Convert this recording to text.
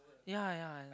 ya ya